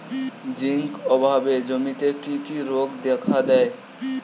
Zinc অভাবে জমিতে কি কি রোগ দেখাদেয়?